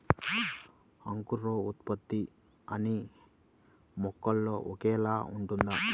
అంకురోత్పత్తి అన్నీ మొక్కలో ఒకేలా ఉంటుందా?